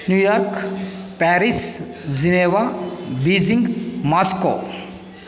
New York Paris Geneva Beijing Moscow